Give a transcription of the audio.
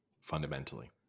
fundamentally